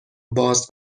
باز